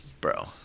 bro –